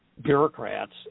bureaucrats